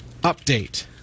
update